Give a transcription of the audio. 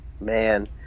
Man